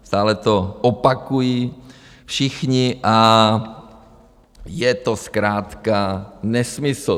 Stále to opakují všichni a je to zkrátka nesmysl.